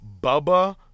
Bubba